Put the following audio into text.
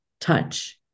touch